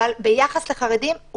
אבל ביחס לחרדים,